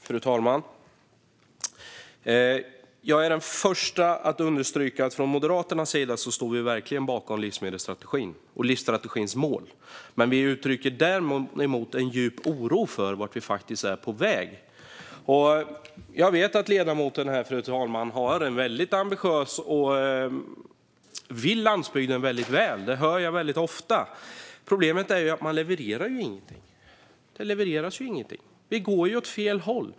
Fru talman! Jag är den första att understryka att vi från Moderaternas sida verkligen står bakom livsmedelsstrategin och livsmedelsstrategins mål. Men vi uttrycker en djup oro för vart vi faktiskt är på väg. Fru talman! Jag vet att ledamoten är väldigt ambitiös och vill landsbygden väl. Det hör jag väldigt ofta. Problemet är att man inte levererar något. Det levereras ingenting. Vi går åt fel håll.